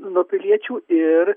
nuo piliečių ir